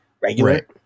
regular